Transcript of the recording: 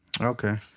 Okay